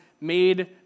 made